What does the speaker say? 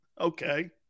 Okay